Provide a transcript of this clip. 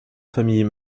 famille